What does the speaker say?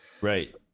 Right